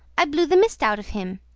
i blew the mist out of him.